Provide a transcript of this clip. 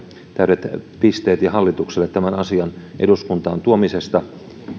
täydet pisteet ja hallitukselle tämän asian eduskuntaan tuomisesta kun